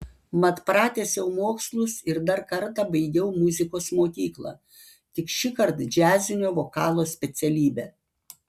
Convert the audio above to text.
mat pratęsiau mokslus ir dar kartą baigiau muzikos mokyklą tik šįkart džiazinio vokalo specialybę